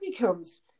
becomes